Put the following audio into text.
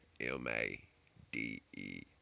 M-A-D-E